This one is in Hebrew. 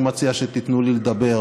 אני מציע שתיתנו לי לדבר.